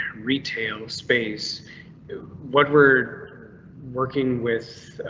retail space what we're working with.